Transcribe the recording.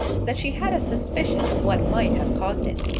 that she had a suspicion of what might have caused it.